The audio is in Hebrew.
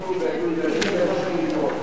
יתחתנו ויביאו ילדים וימשיכו ללמוד,